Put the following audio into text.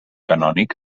canònic